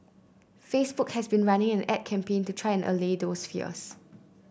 Facebook has been running an A D campaign to try to allay those fears